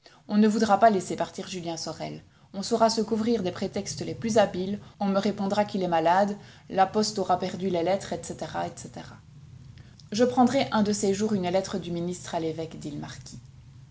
on ne voudra pas laisser partir julien sorel on saura se couvrir des prétextes les plus habiles on me répondra qu'il est malade la poste aura perdu les lettres etc etc je prendrai un de ces jours une lettre du ministre à l'évêque dit le marquis